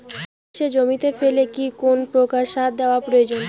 সর্ষে জমিতে ফেলে কি কোন প্রকার সার দেওয়া প্রয়োজন?